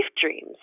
dreams